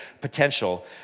potential